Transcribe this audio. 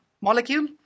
molecule